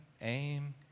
aim